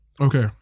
Okay